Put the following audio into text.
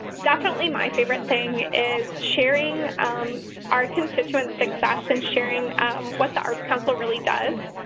definitely my favorite thing is sharing our constituent success and sharing what the arts council really does.